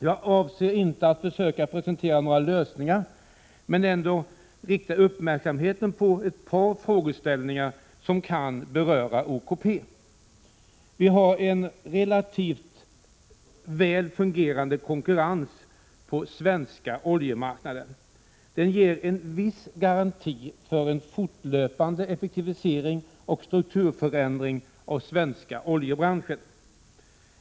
Jag avser inte att försöka presentera några lösningar, men vill ändå rikta uppmärksamheten på ett par frågeställningar, som kan beröra OKP. Vi har en relativt väl fungerande konkurrens på den svenska oljemarknaden. Detta ger en viss garanti för en fortlöpande effektivisering och strukturförändring av den svenska oljebranschen.